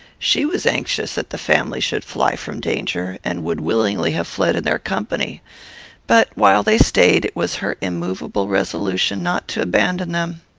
she was anxious that the family should fly from danger, and would willingly have fled in their company but while they stayed, it was her immovable resolution not to abandon them.